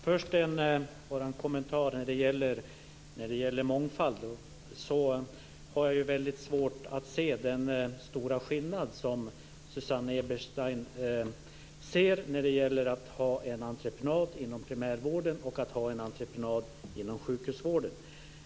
Fru talman! Jag har först en kommentar som gäller mångfalden. Jag har väldigt svårt att se den stora skillnad som Susanne Eberstein ser mellan att ha en entreprenad inom primärvården och en entreprenad inom sjukhusvården.